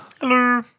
Hello